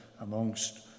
amongst